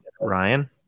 Ryan